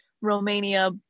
Romania